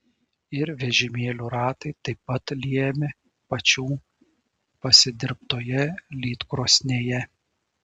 ir vežimėlių ratai taip pat liejami pačių pasidirbtoje lydkrosnėje